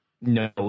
No